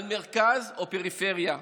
על מרכז או פריפריה,